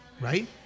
right